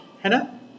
Henna